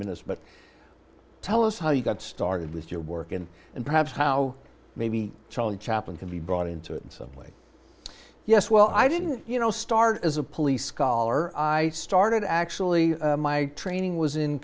minutes but tell us how you got started with your work and and perhaps how maybe charlie chaplin can be brought into it in some way yes well i didn't you know start as a police scholar i started actually my training was in